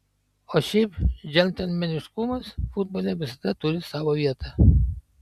o šiaip džentelmeniškumas futbole visada turi savo vietą